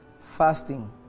Fasting